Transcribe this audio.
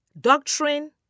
doctrine